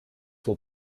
will